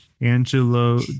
Angelo